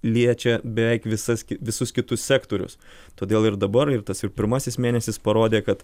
liečia beveik visas visus kitus sektorius todėl ir dabar ir tas ir pirmasis mėnesis parodė kad